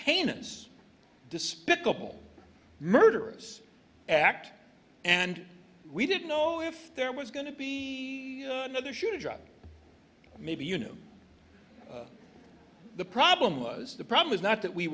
heinous despicable murderous act and we didn't know if there was going to be another shoe to drop maybe you know the problem was the problem is not that we